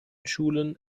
schulen